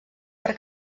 per